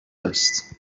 است